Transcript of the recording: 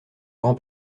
grand